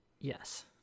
Yes